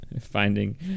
finding